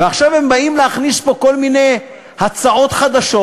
עכשיו הם באים להכניס פה כל מיני הצעות חדשות,